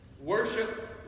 Worship